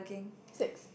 six